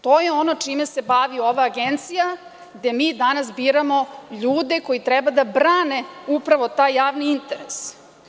To je ono čime se bavi ova agencija gde mi danas biramo ljude koji treba da brane upravo taj javni interes.